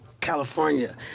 California